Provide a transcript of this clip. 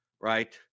right